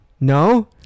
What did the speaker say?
No